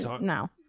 no